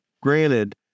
granted